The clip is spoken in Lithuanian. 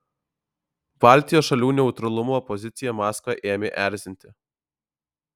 baltijos šalių neutralumo pozicija maskvą ėmė erzinti